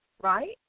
right